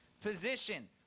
position